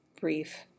brief